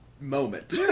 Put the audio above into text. moment